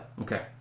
Okay